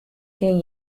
kin